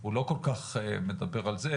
הוא לא כל כך מדבר על זה,